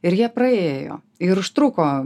ir jie praėjo ir užtruko